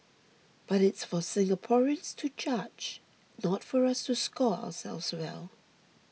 but it's for Singaporeans to judge not for us to score ourselves well